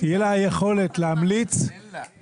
תהיה היכולת להמליץ --- אין לה.